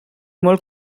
molt